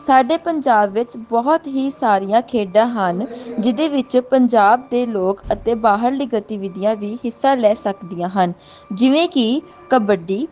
ਸਾਡੇ ਪੰਜਾਬ ਵਿੱਚ ਬਹੁਤ ਹੀ ਸਾਰੀਆਂ ਖੇਡਾਂ ਹਨ ਜਿਹਦੇ ਵਿੱਚ ਪੰਜਾਬ ਦੇ ਲੋਕ ਅਤੇ ਬਾਹਰਲੀ ਗਤੀਵਿਧੀਆਂ ਵੀ ਹਿੱਸਾ ਲੈ ਸਕਦੀਆਂ ਹਨ ਜਿਵੇਂ ਕਿ ਕਬੱਡੀ